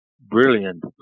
brilliant